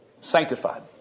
sanctified